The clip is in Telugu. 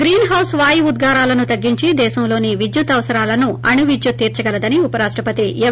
గ్రీన్ హౌస్ వాయు ఉద్ఘారాలను తగ్గించి దేశంలోని విద్యుత్ అవసరాలను అణు విద్యుత్ తీర్చగలదని ఉపరాష్టపతి ఎం